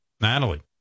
Natalie